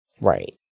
Right